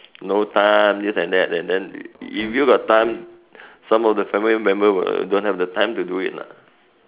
no time this and that and then if you got time some of the family member will don't have the time to do it lah